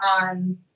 on